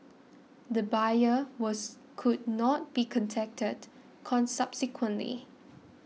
the buyer was could not be contacted con subsequently